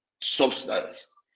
substance